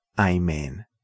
Amen